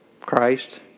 Christ